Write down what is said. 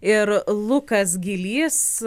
ir lukas gylys